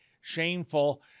shameful